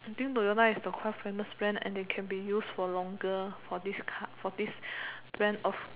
I think Toyota is the quite famous brand and they can be use for longer for this car for this brand of